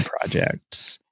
projects